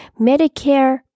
Medicare